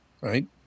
right